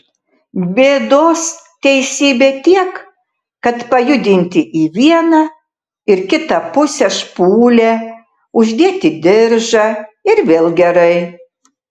bėdos teisybė tiek kad pajudinti į vieną ir kitą pusę špūlę uždėti diržą ir vėl gerai